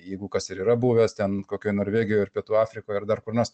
jeigu kas ir yra buvęs ten kokioj norvegijoj ar pietų afrikoj ar dar kur nors